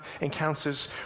encounters